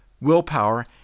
willpower